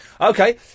Okay